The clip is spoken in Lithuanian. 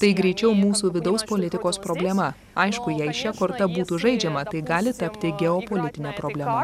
tai greičiau mūsų vidaus politikos problema aišku jei šia korta būtų žaidžiama tai gali tapti geopolitine problema